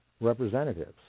representatives